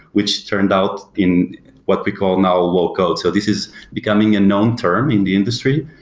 which turned out in what we call now local. so this is becoming a known term in the industry,